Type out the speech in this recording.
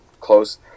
close